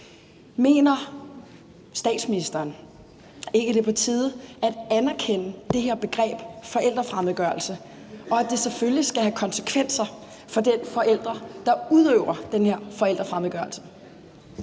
Mener statsministeren ikke, det er på tide at anerkende det her begreb forældrefremmedgørelse, og at det selvfølgelig skal have konsekvenser for den forælder, som udøver den her forældrefremmedgørelse?